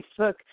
facebook